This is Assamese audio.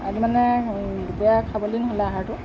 আজি মানে দুপৰীয়া খাবলৈ নহ'লে আহাৰটো